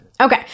Okay